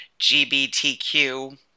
GBTQ